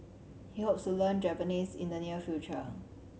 he hopes to learn Japanese in the near future